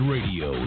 Radio